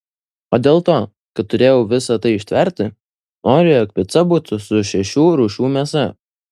o dėl to kad turėjau visa tai ištverti noriu jog pica būtų su šešių rūšių mėsa